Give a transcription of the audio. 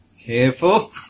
Careful